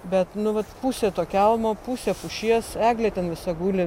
bet nu vat pusė to kelmo pusė pušies eglė ten visa guli